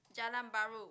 Jalan-Bahru